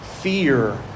Fear